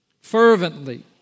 fervently